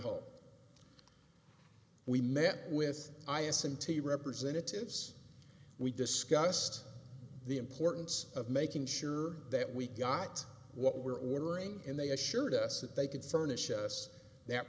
whole we met with i assume to representatives we discussed the importance of making sure that we got what we were ordering and they assured us that they could furnish us that